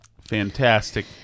Fantastic